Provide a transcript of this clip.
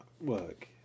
work